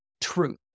truth